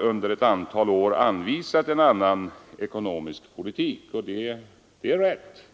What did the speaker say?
under ett antal år har anvisat en annan ekonomisk politik — och det är alldeles riktigt.